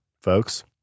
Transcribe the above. folks